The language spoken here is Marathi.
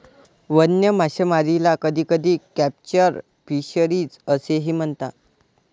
वन्य मासेमारीला कधीकधी कॅप्चर फिशरीज असेही म्हणतात